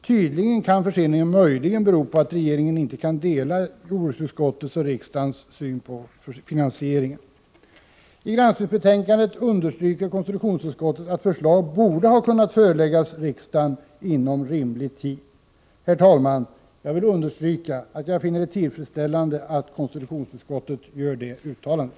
Tydligen kan förseningen bero på att regeringen inte delar jordbruksutskottets och riksdagens syn på finansieringen. I granskningsbetänkandet framhåller konstitutionsutskottet att förslag borde ha kunnat föreläggas riksdagen inom rimlig tid. Jag vill, herr talman, understryka att jag finner det tillfredsställande att konstitutionsutskottet gör det uttalandet.